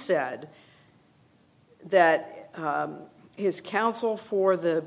said that is counsel for the